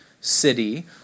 city